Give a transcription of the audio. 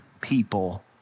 people